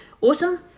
awesome